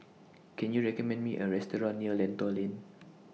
Can YOU recommend Me A Restaurant near Lentor Lane